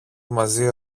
μαζί